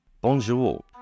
bonjour